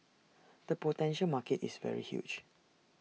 the potential market is very huge